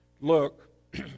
look